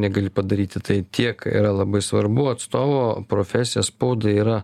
negali padaryti tai tiek yra labai svarbu atstovo profesija spaudai yra